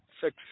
six